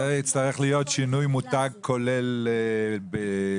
זה יצטרך להיות שינוי מותג כולל בכל